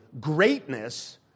greatness